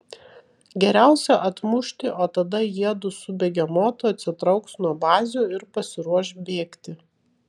geriausia atmušti o tada jiedu su begemotu atsitrauks nuo bazių ir pasiruoš bėgti